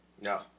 No